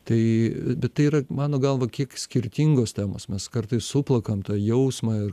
tai bet tai yra mano galva kiek skirtingos temos mes kartais suplakam tą jausmą ir